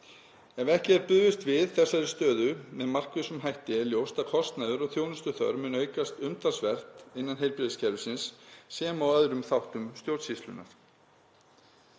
Ef ekki er brugðist við þessari stöðu með markvissum hætti er ljóst að kostnaður og þjónustuþörf mun aukast umtalsvert innan heilbrigðiskerfisins sem og öðrum þáttum stjórnsýslunnar.